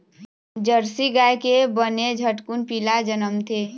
Jersey गाय के बने झटकुन पिला जनमथे